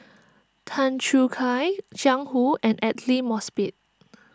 Tan Choo Kai Jiang Hu and Aidli Mosbit